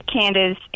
Candace